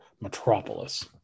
Metropolis